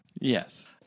Yes